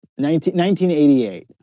1988